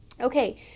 Okay